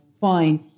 Fine